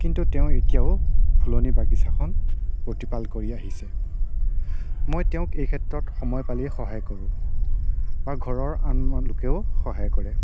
কিন্তু তেওঁ এতিয়াও ফুলনি বাগিছাখন প্ৰতিপাল কৰি আহিছে মই তেওঁক এই ক্ষেত্ৰত সময় পালেই সহায় কৰোঁ আৰু ঘৰৰ আন আন লোকেও সহায় কৰে